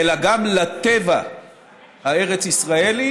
אלא גם לטבע הארץ-ישראלי,